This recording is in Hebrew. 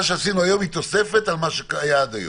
מה שעשינו היום זה תוספת על מה שהיה עד היום.